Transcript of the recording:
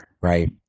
right